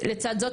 לצד זאת,